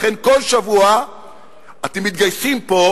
לכן כל שבוע אתם מתגייסים פה,